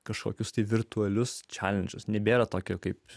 kažkokius virtualius čežančius nebėra tokio kaip